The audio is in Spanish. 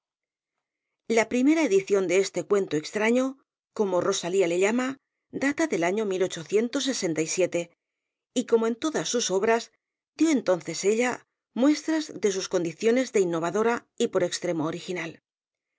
la primera y hasta el presente única edición de esta novela data del año y como en todas sus obras dio entonces en ella su autora muestra de sus condiciones de innovadora y por extremo original